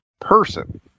person